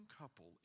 couple